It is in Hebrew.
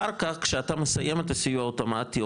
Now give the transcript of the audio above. אחר כך שאתה מסיים את הסיוע אוטומטי,